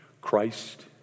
Christ